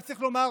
רק צריך לומר